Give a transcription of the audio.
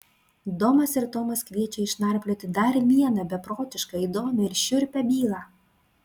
domas ir tomas kviečia išnarplioti dar vieną beprotiškai įdomią ir šiurpią bylą